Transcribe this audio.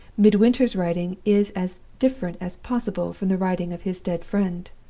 midwinter's writing is as different as possible from the writing of his dead friend.